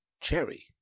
Cherry